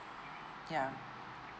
ya